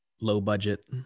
low-budget